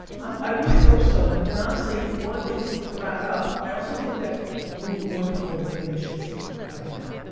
um i really hope so. and and honestly, one of the things to wrap it up, i also think that we need more people with ambitions like that.